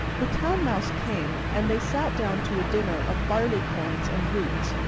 the town mouse came, and they sat down to a dinner of barleycorns and roots,